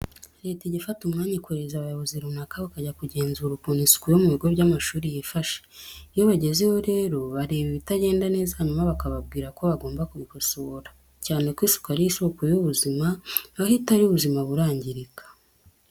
Leta ijya ifata umwanya ikohereza abayobozi runaka bakajya kugenzura ukuntu isuku yo mu bigo by'amashuri yifashe. Iyo bagezeyo rero bareba ibitagenda neza hanyuma bakababwira ko bagomba kubikosora, cyane ko isuku ari isoko y'ubuzima, aho itari ubuzima burangirika.